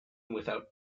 without